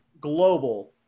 global